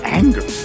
anger